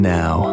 now